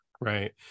Right